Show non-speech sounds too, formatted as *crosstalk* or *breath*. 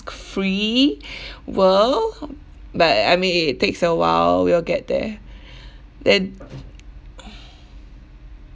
free *breath* world but I mean it takes a while we'll get there *breath* then *breath*